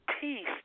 peace